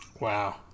Wow